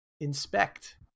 inspect